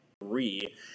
three